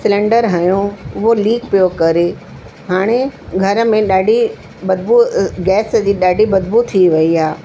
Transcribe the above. cylinder हुओ उहो leak पियो करे हाणे घर में ॾाढी बदबू गैस जी ॾाढी बदबू थी वेई आहे